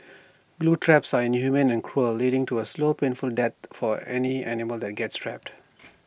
glue traps are inhumane and cruel leading to A slow painful death for any animal that gets trapped